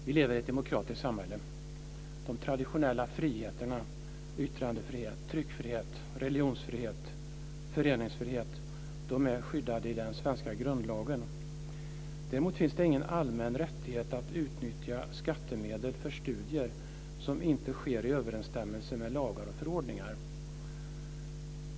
Vi lever i ett demokratiskt samhälle. De traditionella friheterna - yttrandefrihet, tryckfrihet, religionsfrihet och föreningsfrihet - är skyddade i den svenska grundlagen. Däremot finns det ingen allmän rättighet att utnyttja skattemedel för studier som inte sker i överensstämmelse med lagar och förordningar.